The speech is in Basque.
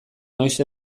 noiz